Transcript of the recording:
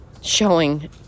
showing